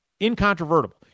Incontrovertible